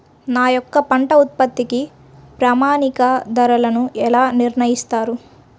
మా యొక్క పంట ఉత్పత్తికి ప్రామాణిక ధరలను ఎలా నిర్ణయిస్తారు?